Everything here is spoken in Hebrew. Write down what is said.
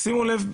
שימו לב,